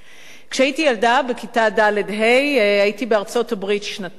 כשהייתי ילדה הייתי בארצות-הברית שנתיים,